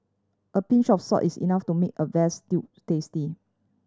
a pinch of salt is enough to make a vast stew tasty